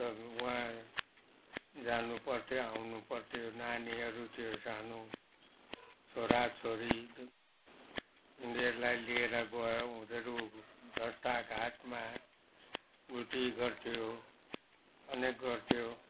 तर वहाँ जानुपर्थ्यो आउनुपर्थ्यो नानीहरू थियो सानो छोराछोरी उनीहरूलाई लिएर गयो उनीहरूले रस्ताघाटमा उल्टी गर्थ्यो अनेक गर्थ्यो